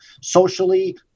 socially